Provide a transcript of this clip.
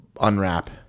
unwrap